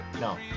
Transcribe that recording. No